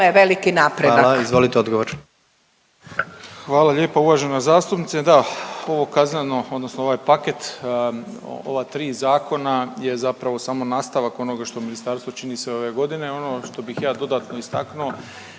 Izvolite odgovor. **Malenica, Ivan (HDZ)** Hvala lijepa uvažena zastupnice. Da, ovo kazneno odnosno ovaj paket ova tri zakona je zapravo samo nastavak onoga što ministarstvo čini sve ove godine. Ono što bih ja dodatno istaknuo